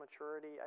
maturity